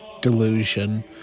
delusion